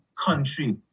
country